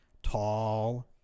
tall